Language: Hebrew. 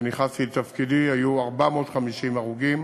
כשנכנסתי לתפקידי, היו 450 הרוגים,